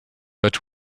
but